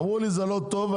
אמרו לי שזה לא טוב,